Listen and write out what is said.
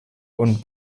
und